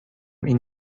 این